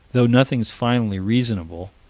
though nothing's finally reasonable,